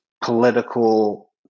political